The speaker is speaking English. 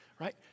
right